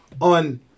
on